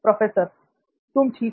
professor तुम ठीक हो